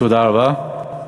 תודה רבה.